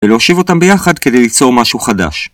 ולהושיב אותם ביחד כדי ליצור משהו חדש.